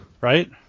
Right